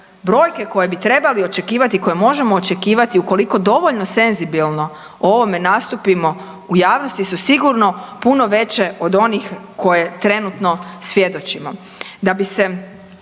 brojke koje bi trebali očekivati, koje možemo očekivati ukoliko dovoljno senzibilno o ovome nastupimo u javnosti su sigurno puno veće od onih koje trenutno svjedočimo.